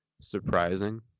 surprising